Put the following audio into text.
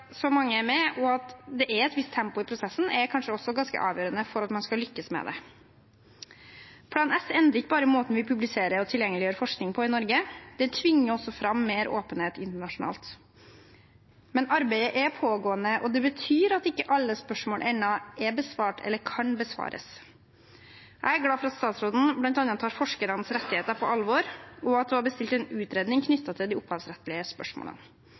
så mange er med, og at det er et visst tempo i prosessen, er også ganske avgjørende for at man skal lykkes. Plan S endrer ikke bare måten vi publiserer og tilgjengeliggjør forskning på i Norge, den tvinger også fram mer åpenhet internasjonalt. Men arbeidet pågår, og det betyr at ikke alle spørsmål ennå er besvart eller kan besvares. Jeg er glad for at statsråden bl.a. tar forskernes rettigheter på alvor, og at hun har bestilt en utredning knyttet til de opphavsrettslige spørsmålene.